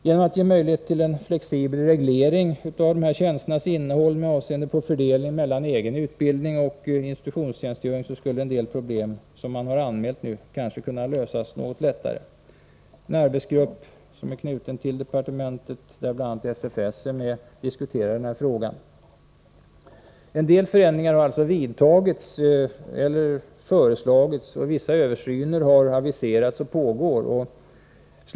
Genom att ge möjlighet till en flexibel reglering av dessa tjänsters innehåll med avseende på fördelningen mellan egen utbildning och institutionstjänstgöring skulle en del problem som man nu har anmält kanske kunna lösas något lättare. En arbetsgrupp som är knuten till departementet, och där bl.a. representanter för SFS ingår, diskuterar den här frågan. En del förändringar har alltså föreslagits, och vissa översyner har aviserats och pågår.